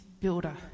builder